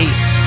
Ace